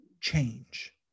change